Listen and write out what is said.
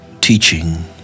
teaching